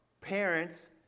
parents